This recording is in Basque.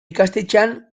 ikastetxean